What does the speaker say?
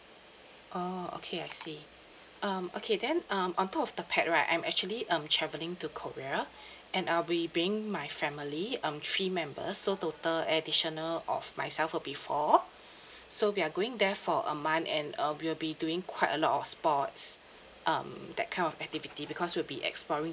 orh okay I see um okay then um on top of the pet right I'm actually um travelling to korea and I'll be bringing my family um three members so total additional of myself will be four so we are going there for a month and uh we will be doing quite a lot of sports um that kind of activity because we'll be exploring